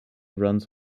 runs